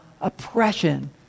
oppression